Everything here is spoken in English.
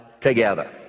together